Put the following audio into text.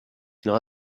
une